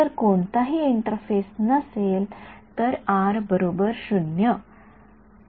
जर कोणताही इंटरफेस नसेल तर आर 0